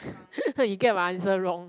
you get my answer wrong